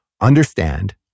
understand